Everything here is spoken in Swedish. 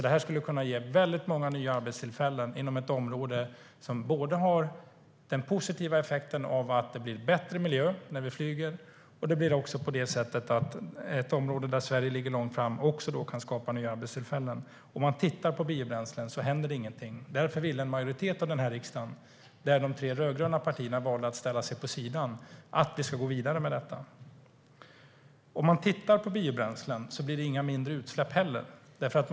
Det här skulle kunna ge många nya arbetstillfällen inom ett område som både har den positiva effekten att det blir bättre miljö när vi flyger och är ett område där Sverige ligger långt fram och kan skapa nya arbetstillfällen. Om man tittar på biobränslen händer ingenting. Därför ville en majoritet av den här riksdagen, där de tre rödgröna partierna valde att ställa sig vid sidan av, att vi ska gå vidare med detta. Om man tittar på biobränslen blir det inte heller mindre utsläpp.